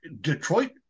Detroit